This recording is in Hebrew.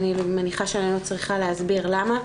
אני מניחה שאני לא צריכה להסביר למה.